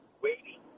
waiting